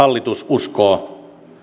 uskoo